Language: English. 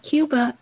Cuba